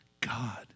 God